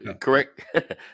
correct